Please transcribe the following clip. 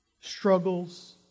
Struggles